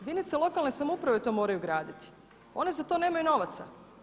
Jedinice lokalne samouprave to moraju graditi, one za to nemaju novaca.